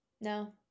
no